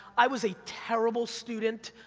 i was a terrible student,